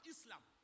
Islam